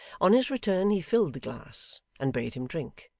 on his return he filled the glass, and bade him drink.